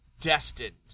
destined